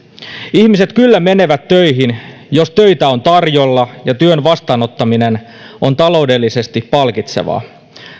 ihmiset kyllä menevät töihin jos töitä on tarjolla ja työn vastaanottaminen on taloudellisesti palkitsevaa